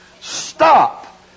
Stop